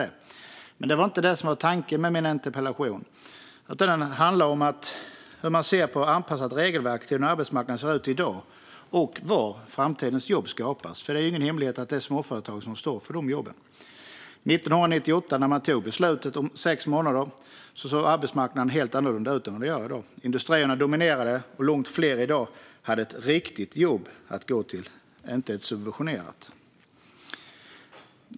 Det var dock inte det som var tanken med min interpellation, som handlar om hur man ser på att anpassa regelverket till hur arbetsmarknaden ser ut i dag och var framtidens jobb skapas. Det är ju ingen hemlighet att det är småföretagen som står för de jobben. År 1998 när man tog beslutet om sex månaders tjänstledighet såg arbetsmarknaden helt annorlunda ut än vad den gör i dag. Industrierna dominerade, och långt fler än i dag hade ett riktigt jobb att gå till och inte ett subventionerat.